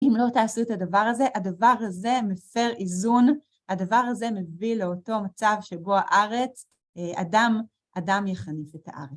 אם לא תעשו את הדבר הזה, הדבר הזה מפר איזון, הדבר הזה מביא לאותו מצב שבו הארץ, הדם, הדם יחניף את הארץ.